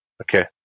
Okay